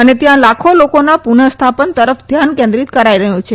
અને ત્યાં લાખો લોકોના પુનઃસ્થાપન તરફ ધ્યાન કેન્દ્રીત કરાઈ રહ્યું છે